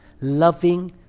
loving